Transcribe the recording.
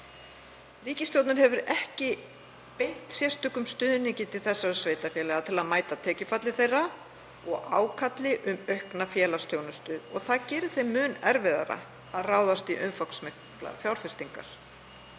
Ríkisstjórnin hefur ekki beint sérstökum stuðningi til þessara sveitarfélaga til að mæta tekjufalli þeirra og ákalli um aukna félagsþjónustu og það gerir þeim mun erfiðara að ráðast í umfangsmiklar fjárfestingar.